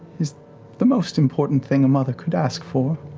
is the most important thing a mother could ask for.